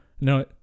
No